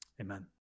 Amen